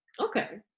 Okay